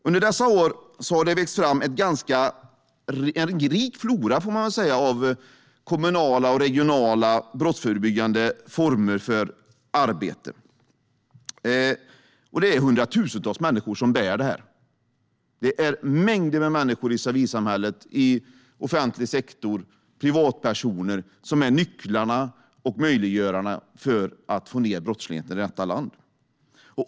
Under dessa år har det vuxit fram en ganska rik flora - får man väl säga - av kommunala och regionala brottsförebyggande former för arbete. Det är hundratusentals människor som bär detta. Det är mängder med människor i civilsamhället och i offentlig sektor och privatpersoner som är nycklarna och möjliggörarna när det gäller att få ned brottsligheten i detta land.